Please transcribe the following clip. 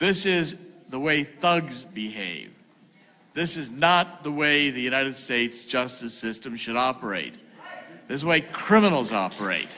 this is the way dogs behave this is not the way the united states justice system should operate this way criminals operate